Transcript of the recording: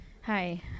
Hi